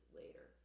later